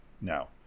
now